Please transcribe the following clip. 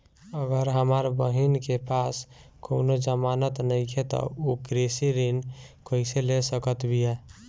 अगर हमार बहिन के पास कउनों जमानत नइखें त उ कृषि ऋण कइसे ले सकत बिया?